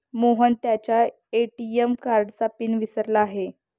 मोहन त्याच्या ए.टी.एम कार्डचा पिन विसरला आहे